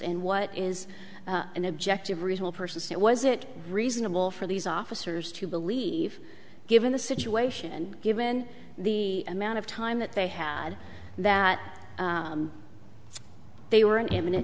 in what is an objective reasonable persons it was it reasonable for these officers to believe given the situation given the amount of time that they had that they were in imminent